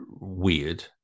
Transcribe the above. weird